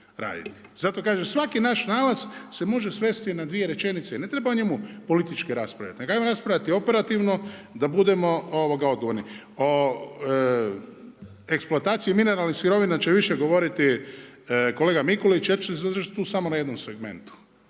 Zato kažem, svaki naš nalaz se može svesti na dvije rečenice. I ne treba o njemu politički raspravljati, nego hajmo raspravljati operativno da budemo odgovorni. O eksploataciji mineralnih sirovina će više govoriti kolega Mikulić ja ću se zadržati tu samo na jednom segmentu.